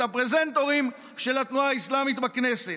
את הפרזנטורים של התנועה האסלאמית בכנסת,